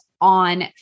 on